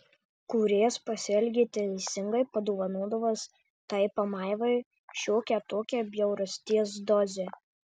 kūrėjas pasielgė teisingai padovanodamas tai pamaivai šiokią tokią bjaurasties dozę